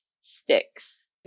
sticks